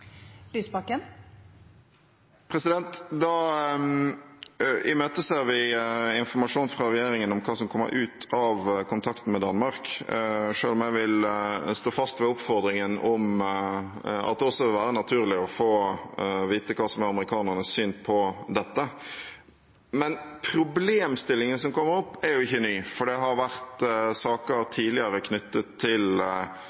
vi informasjon fra regjeringen om hva som kommer ut av kontakten med Danmark, selv om jeg vil stå fast ved oppfordringen om at det også vil være naturlig å få vite hva som er amerikanernes syn på dette. Men problemstillingen som kommer opp, er jo ikke ny. For det har vært saker